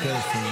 זה מפריע לי.